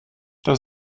das